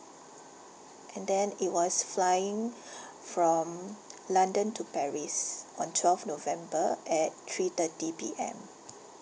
and then it was flying from london to paris on twelve november at three thirty P_M